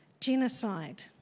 Genocide